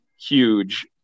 huge